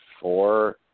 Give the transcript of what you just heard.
four